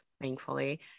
thankfully